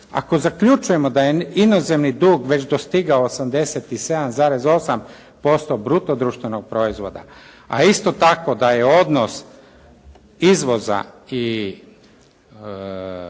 Ako zaključujemo da je inozemni dug već dostigao 87,8% bruto društvenog proizvoda, a isto tako da je odnos izvoza i